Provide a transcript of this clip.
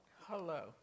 Hello